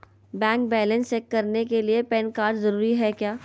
Bank balance check करने के लिए पैन कार्ड जरूरी है क्या?